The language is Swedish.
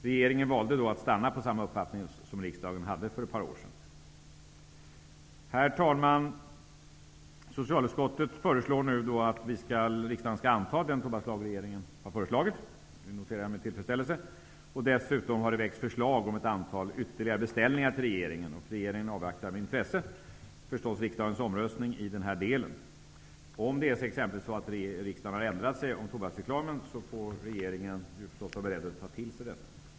Regeringen valde att stanna på samma uppfattning som riksdagen hade för ett par år sedan. Herr talman! Socialutskottet föreslår nu att riksdagen skall anta den tobakslag som regeringen har föreslagit. Det noterar jag med tillfredsställelse. Dessutom har det väckts förslag om ett antal ytterligare beställningar till regeringen. Regeringen avvaktar med intresse riksdagens omröstning i denna del. Om riksdagen har ändrat sig om tobaksreklamen får regeringen vara beredd att ta till sig detta.